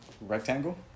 rectangle